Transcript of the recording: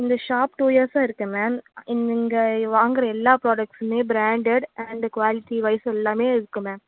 இந்த shop two இயர்ஸாக இருக்குது மேம் நீங்கள் இங்கே வாங்குகிற எல்லா ப்ராடக்ட்ஸ்ஸுமே ப்ராண்டட் அண்ட் குவாலிட்டி வைஸ் எல்லாம் இருக்குது மேம்